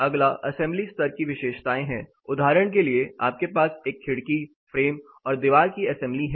अगला असेंबली स्तर की विशेषताएं हैं उदाहरण के लिए आपके पास एक खिड़की फ्रेम और दीवार की असेंबली है